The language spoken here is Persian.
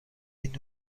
این